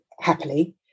happily